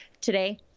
today